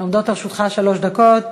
עומדות לרשותך שלוש דקות.